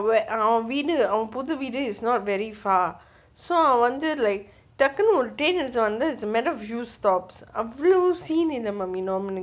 ஐயா அவன் வீடு அவன் புது வீடு:aiyaa avan veedu avan puthu veedhu is not very far so அவன் வந்து:avan vanthu like டக்குனு ஒரு:takkunu oru train எடுத்து வந்து:eduthu vanthu it's matter of few stops அவ்ளோ:avlo scene இல்ல:illa mummy norman அவனுக்கு:avanukku he'll be fine